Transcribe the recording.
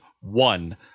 one